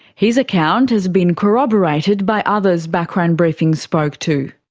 his account has been corroborated by others background briefing spoke to.